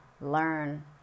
learn